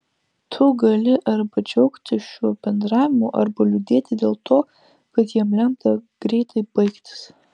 tu gali arba džiaugtis šiuo bendravimu arba liūdėti dėl to kad jam lemta greitai baigtis